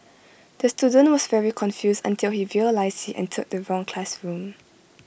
the student was very confused until he realised he entered the wrong classroom